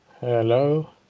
Hello